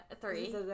three